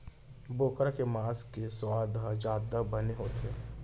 बोकरा के मांस के सुवाद ह जादा बने होथे